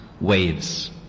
waves